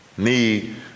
need